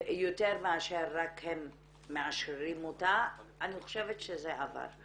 יותר מאשר רק הם מאשררים אותה, אני חושבת שזה עבר.